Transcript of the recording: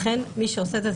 לכן מי שעושה את זה,